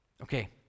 Okay